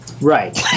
Right